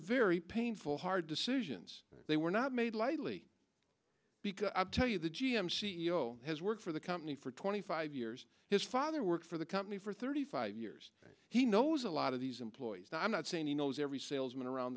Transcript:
very painful hard decisions they were not made lightly because i'll tell you the g m c e o has worked for the company for twenty five years his father worked for the company for thirty five years he knows a lot of these employees i'm not saying he knows every salesman around